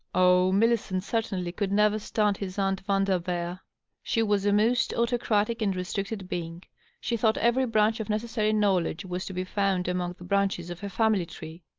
oh, millicent certainly could never stand his aunt v anderveer she was a most autocratic and restricted being she thought every branch of necessary knowledge was to be found among the branches of her fiimily tree.